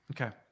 Okay